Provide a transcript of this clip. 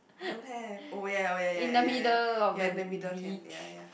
don't have oh yea yea oh yea yea yea yea in the middle can yea yea